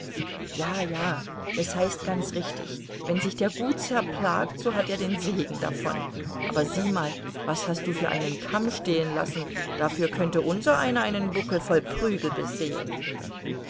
ja ja es heißt ganz richtig wenn sich der gutsherr plagt so hat er den segen davon aber sieh mal was hast du für einen kamm stehen lassen dafür könnte unsereiner einen buckel voll prügel besehen